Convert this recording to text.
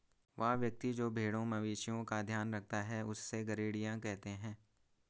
वह व्यक्ति जो भेड़ों मवेशिओं का ध्यान रखता है उससे गरेड़िया कहते हैं